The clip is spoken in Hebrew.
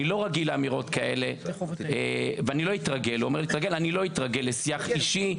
אני לא רגיל לאמירות כאלה ואני לא אתרגל לשיח אישי,